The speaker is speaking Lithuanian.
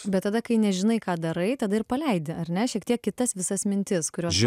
bet tada kai nežinai ką darai tada ir paleidi ar ne šiek tiek kitas visas mintis kurios